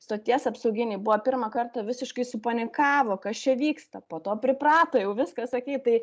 stoties apsauginiai buvo pirmą kartą visiškai supanikavo kas čia vyksta po to priprato jau viską sakyt tai